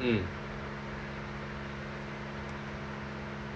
mm